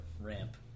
ramp